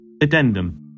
Addendum